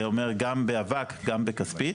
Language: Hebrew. זה אומר גם באבק, גם בכספית